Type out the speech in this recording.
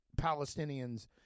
Palestinians